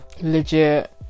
legit